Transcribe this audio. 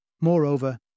Moreover